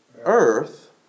earth